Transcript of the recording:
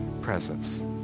presence